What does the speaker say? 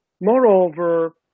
Moreover